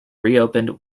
reopened